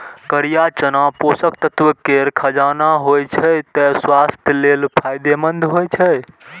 करिया चना पोषक तत्व केर खजाना होइ छै, तें स्वास्थ्य लेल फायदेमंद होइ छै